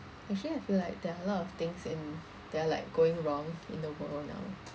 actually I feel like there are a lot of things in that are like going wrong in the world now